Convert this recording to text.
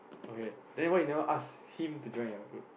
okay then why you never ask him to join your group